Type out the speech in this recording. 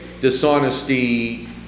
dishonesty